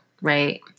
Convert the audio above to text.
right